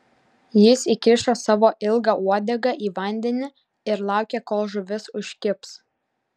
jis įkišo savo ilgą uodegą į vandenį ir laukė kol žuvis užkibs